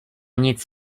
nic